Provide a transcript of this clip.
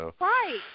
Right